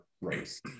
race